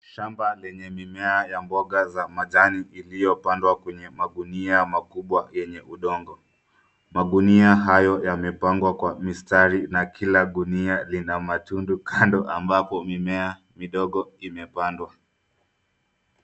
Shamba lenye mimea ya mboga za majani iliyopandwa kwenye magunia makubwa yenye udongo. Magunia hayo yamepangwa kwa mistari, na kila gunia ina matundu kando ambapo mimea midogo imepandwa.